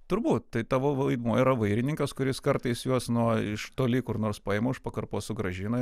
turbūt tai tavo vaidmuo yra vairininkas kuris kartais juos nuo iš toli kur nors paima už pakarpos sugrąžina